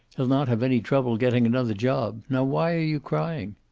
he'll not have any trouble getting another job. now, why are you crying?